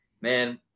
man